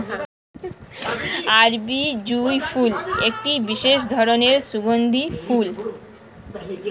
আরবি জুঁই ফুল একটি বিশেষ ধরনের সুগন্ধি ফুল